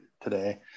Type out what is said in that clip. today